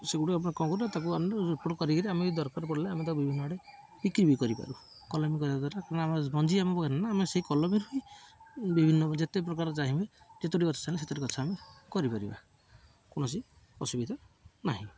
ସେଗୁଡ଼ିକ ଆପଣ କ'ଣ କରୁ ତାକୁ ଆମେ ରିପୋର୍ଟ କରିକିରି ଆମେ ଦରକାର ପଡ଼ିଲେ ଆମେ ତାକୁ ବିଭିନ୍ନ ଆଡ଼େ ବିକ୍ରି ବି କରିପାରୁ କଲମୀ କରିବା ଦ୍ୱାରା କାରଣ ଆମେ ମଞ୍ଜି ଆମ ପାଖରେ ନା ଆମେ ସେଇ କଲମୀରୁ ହିଁ ବିଭିନ୍ନ ଯେତେ ପ୍ରକାର ଚାହିଁବେ ଯେତୋଟି ଗଛ ଚାଲେ ସେତୋଟି ଗଛ ଆମେ କରିପାରିବା କୌଣସି ଅସୁବିଧା ନାହିଁ